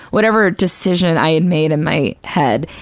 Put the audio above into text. whatever decision i had made in my head.